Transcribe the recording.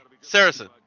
Saracen